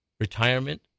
Retirement